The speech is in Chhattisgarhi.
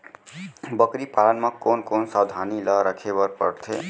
बकरी पालन म कोन कोन सावधानी ल रखे बर पढ़थे?